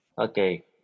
Okay